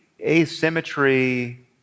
asymmetry